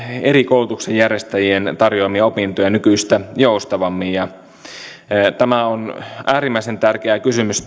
eri koulutuksen järjestäjien tarjoamia opintoja nykyistä joustavammin tämä on äärimmäisen tärkeä kysymys